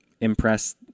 impress